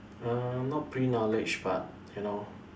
uh not pre-knowledge but you know